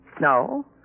No